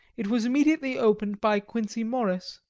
it was immediately opened by quincey morris,